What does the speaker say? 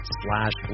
slash